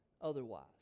otherwise